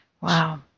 Wow